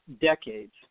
decades